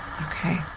Okay